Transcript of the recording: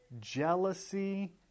jealousy